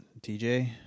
tj